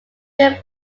film